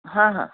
हां हां